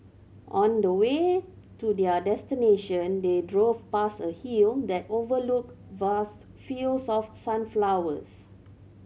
on the way to their destination they drove past a hill that overlooked vast fields of sunflowers